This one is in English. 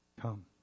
come